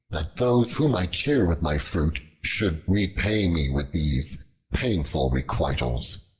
that those whom i cheer with my fruit should repay me with these painful requitals!